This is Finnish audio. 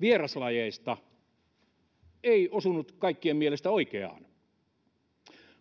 vieraslajeista ei osunut kaikkien mielestä oikeaan